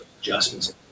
adjustments